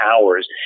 hours